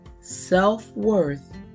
Self-worth